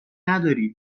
نداری